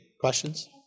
questions